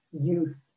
youth